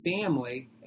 family